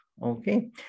Okay